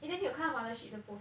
eh then you 看到 Mothership 的 post mah